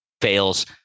fails